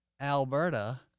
Alberta